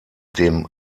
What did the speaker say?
dem